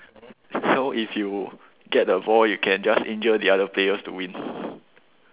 so if you get the ball you can just injure the other players to win